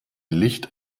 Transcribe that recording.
licht